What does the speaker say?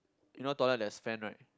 you know toilet there's fan right